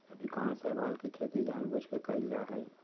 अधिकांश शैवाल के खेती जानबूझ के कइल जा हइ